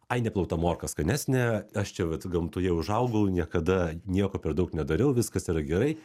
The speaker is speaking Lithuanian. ai neplauta morka skanesnė aš čia vat gamtoje užaugau niekada nieko per daug nedariau viskas yra gerai